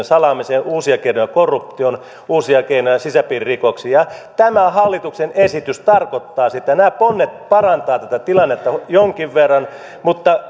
salaamiseen ja uusia keinoja korruptioon uusia keinoja sisäpiiririkoksiin tämä hallituksen esitys tarkoittaa sitä nämä ponnet parantavat tätä tilannetta jonkin verran mutta